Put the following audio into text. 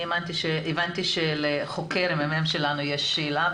אני מבינה שלחוקר הממ"מ שלנו יש שאלה.